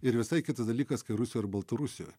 ir visai kitas dalykas kai rusijoj ar baltarusijoj